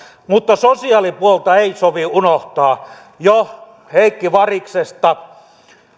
mutta sosiaalipuolta ei sovi unohtaa jo heikki variksesta